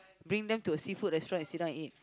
bring them to a seafood restaurant and sit down and eat